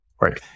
right